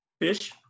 Fish